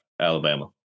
Alabama